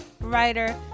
writer